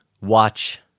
watch